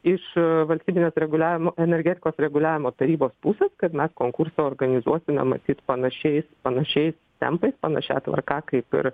iš valstybinės reguliavimo energetikos reguliavimo tarybos pusės kad mes konkursą organizuosime matyt panašiais panašiais tempais panašia tvarka kaip ir